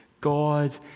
God